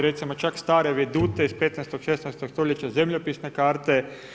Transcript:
Recimo čak stare vedute iz 15, 16 stoljeća, zemljopisne karte.